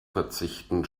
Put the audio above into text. verzichten